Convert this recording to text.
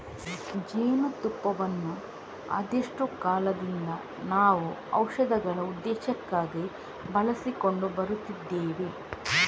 ಜೇನು ತುಪ್ಪವನ್ನ ಅದೆಷ್ಟೋ ಕಾಲದಿಂದ ನಾವು ಔಷಧಗಳ ಉದ್ದೇಶಕ್ಕಾಗಿ ಬಳಸಿಕೊಂಡು ಬರುತ್ತಿದ್ದೇವೆ